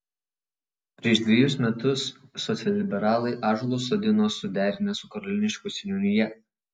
prieš dvejus metus socialliberalai ąžuolus sodino suderinę su karoliniškių seniūnija